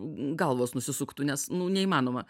galvos nusisuktų nes nu neįmanoma